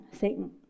Satan